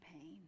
pain